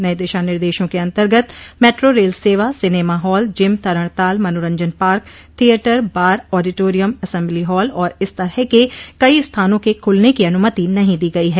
नये दिशा निर्देशों के अंतर्गत मेट्रो रेल सेवा सिनेमा हॉल जिम तरणताल मनोरंजन park theatre bar auditorium assembly hall और इस तरह के कई स्थानों के खुलने की अनुमति नहीं दी गई है